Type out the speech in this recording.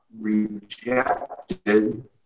rejected